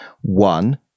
one